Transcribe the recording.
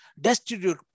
Destitute